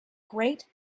great